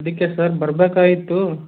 ಅದಕ್ಕೆ ಸರ್ ಬರ್ಬೇಕಾಗಿತ್ತು